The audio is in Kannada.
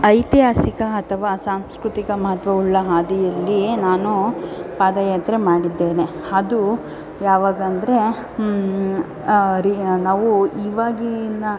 ಐತಿಹಾಸಿಕ ಅಥವಾ ಸಾಂಸ್ಕೃತಿಕ ಮಹತ್ವವುಳ್ಳ ಹಾದಿಯಲ್ಲಿಯೇ ನಾನು ಪಾದಯಾತ್ರೆ ಮಾಡಿದ್ದೇನೆ ಅದು ಯಾವಾಗ ಅಂದರೆ ರಿ ನಾವು ಇವಾಗಿನ